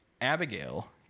Abigail